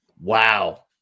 wow